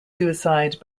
suicide